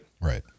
Right